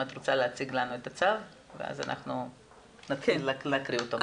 אם את רוצה להציג לנו את הצו ואז נתחיל להקריא אותו.